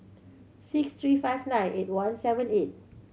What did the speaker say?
six three five nine eight one seven eight